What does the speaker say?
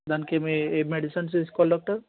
దానికి ఏమి ఏమి మెడిసిన్స్ తీసుకోవాలి డాక్టర్